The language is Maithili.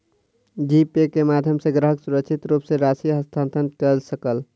जी पे के माध्यम सॅ ग्राहक सुरक्षित रूप सॅ राशि हस्तांतरण कय सकल